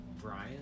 Brian